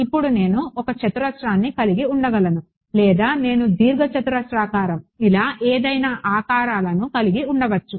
ఇప్పుడు నేను ఒక చతురస్రాన్ని కలిగి ఉండగలను లేదా నేను దీర్ఘచతురస్రాకారం ఇలా ఏదైనా ఆకారాలను కలిగి ఉండవచ్చు